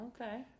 okay